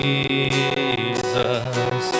Jesus